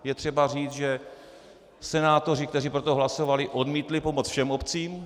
Je třeba říct, že senátoři, kteří pro to hlasovali, odmítli pomoc všem obcím.